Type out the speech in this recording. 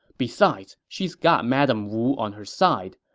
besides, she's got madame wu on her side.